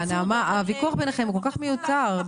נעמה, הוויכוח ביניכן כל כך מיותר.